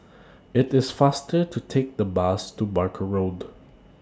IT IS faster to Take The Bus to Barker Road